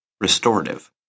restorative